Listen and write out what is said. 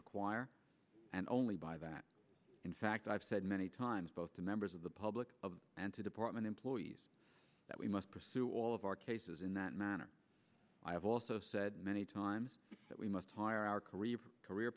require and only by that in fact i've said many times both to members of the public and to department employees that we must pursue all of our cases in that manner i have also said many times that we must hire our career